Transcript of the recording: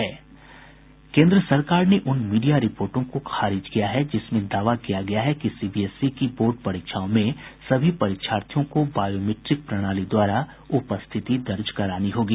केन्द्र सरकार ने उन मीडिया रिपोर्टों को खारिज किया गया है जिसमें दावा किया गया है कि सीबीएसई की बोर्ड परीक्षाओं में सभी परीक्षार्थियों को बायोमीट्रिक प्रणाली द्वारा उपस्थिति दर्ज करानी होगी